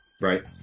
Right